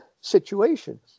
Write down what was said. situations